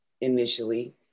initially